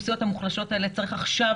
ההבדל הוא לא גדול אבל באחוזים זה בין